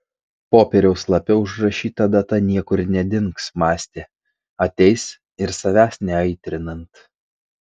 popieriaus lape užrašyta data niekur nedings mąstė ateis ir savęs neaitrinant